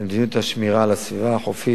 למדיניות השמירה על הסביבה החופית,